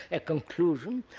a conclusion,